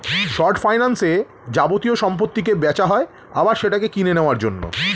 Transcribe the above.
short ফাইন্যান্সে যাবতীয় সম্পত্তিকে বেচা হয় আবার সেটাকে কিনে নেওয়ার জন্য